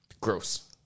Gross